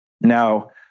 Now